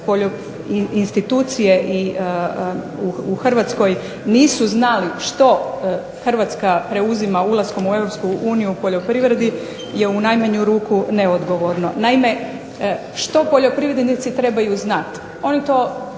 različite institucije i u Hrvatskoj nisu znali što Hrvatska preuzima ulaskom u Europsku uniju poljoprivredi je u najmanju ruku neodgovorno. Naime, što poljoprivrednici trebaju znati? Oni to